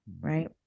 Right